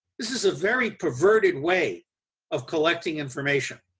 this is a very perverted way of collecting information.